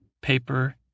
paper